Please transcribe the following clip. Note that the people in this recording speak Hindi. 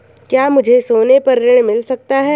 क्या मुझे सोने पर ऋण मिल सकता है?